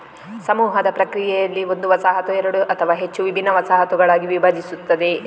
ಸಮೂಹದ ಪ್ರಕ್ರಿಯೆಯಲ್ಲಿ, ಒಂದು ವಸಾಹತು ಎರಡು ಅಥವಾ ಹೆಚ್ಚು ವಿಭಿನ್ನ ವಸಾಹತುಗಳಾಗಿ ವಿಭಜಿಸುತ್ತದೆ